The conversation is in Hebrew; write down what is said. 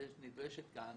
נדרשת כאן